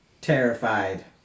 terrified